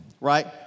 Right